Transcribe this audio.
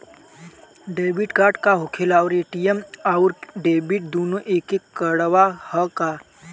Debit card का होखेला और ए.टी.एम आउर डेबिट दुनों एके कार्डवा ह का?